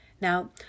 Now